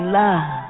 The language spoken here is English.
love